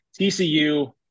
TCU